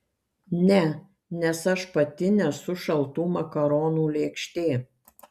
ne nes aš pati nesu šaltų makaronų lėkštė